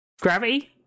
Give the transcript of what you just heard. gravity